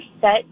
set